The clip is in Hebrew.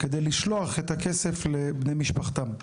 כדי לשלוח את הכסף לבני משפחתם,